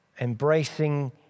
embracing